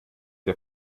der